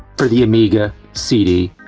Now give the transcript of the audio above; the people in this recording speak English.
for the amiga. cd.